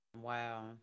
Wow